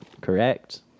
Correct